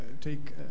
take